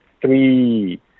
three